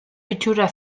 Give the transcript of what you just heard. itxura